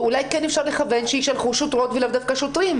ואולי כן אפשר לכוון שיישלחו שוטרות ולאו דווקא שוטרים.